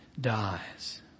dies